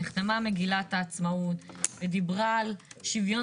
נחתמה מגילת העצמאות ודיברה של שוויון